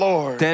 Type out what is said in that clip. Lord